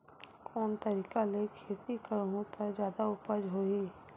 कोन तरीका ले खेती करहु त जादा उपज होही?